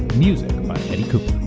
music, by eddie cooper.